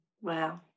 Wow